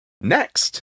Next